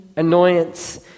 Annoyance